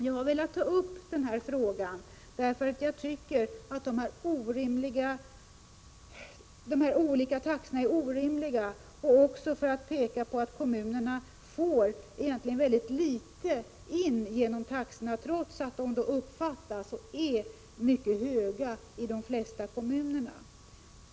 Jag har velat ta upp denna fråga därför att jag tycker att de olika taxorna är orimliga. Jag vill även peka på att kommunerna egentligen får in väldigt litet genom taxorna, trots att de är mycket höga i de flesta kommuner.